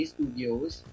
Studios